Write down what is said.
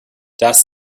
das